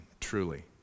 truly